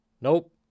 Nope